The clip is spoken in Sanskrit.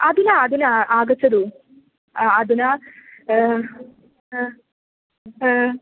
अधुना अधुना आगच्छतु अधुना हा हा